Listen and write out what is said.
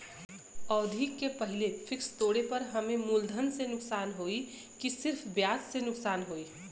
अवधि के पहिले फिक्स तोड़ले पर हम्मे मुलधन से नुकसान होयी की सिर्फ ब्याज से नुकसान होयी?